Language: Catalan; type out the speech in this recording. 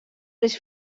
les